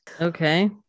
Okay